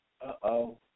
Uh-oh